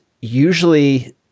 usually